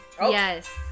Yes